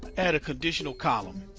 add a conditional column.